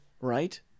right